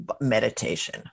meditation